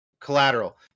collateral